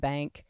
Bank